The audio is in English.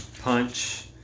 Punch